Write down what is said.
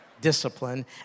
discipline